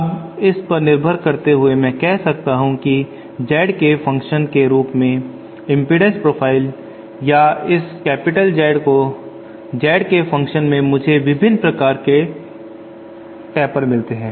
अब इस पर निर्भर करते हुए मैं कह सकता हूं की Z के फंक्शन के रूप में इम्पीडन्स प्रोफाइल या इस Z को Z के फंक्शन में मुझे विभिन्न प्रकार के टेपर मिलते हैं